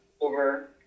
over